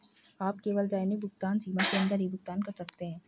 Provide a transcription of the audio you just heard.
आप केवल दैनिक भुगतान सीमा के अंदर ही भुगतान कर सकते है